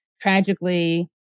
tragically